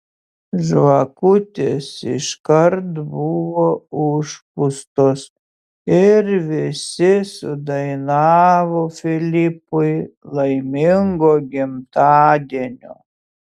žvakutės iškart buvo užpūstos ir visi sudainavo filipui laimingo gimtadienio